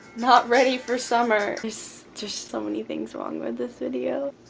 not ready for summer? there's just so many things wrong with this video